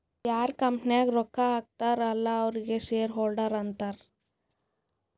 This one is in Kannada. ಯಾರ್ ಕಂಪನಿ ನಾಗ್ ರೊಕ್ಕಾ ಹಾಕಿರ್ತಾರ್ ಅಲ್ಲಾ ಅವ್ರಿಗ ಶೇರ್ ಹೋಲ್ಡರ್ ಅಂತಾರ